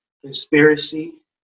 conspiracy